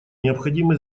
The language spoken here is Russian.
необходимо